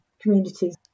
communities